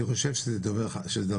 אני טוען שזה נושא חדש.